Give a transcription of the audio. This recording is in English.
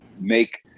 make